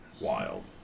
wild